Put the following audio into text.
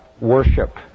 worship